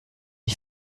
ich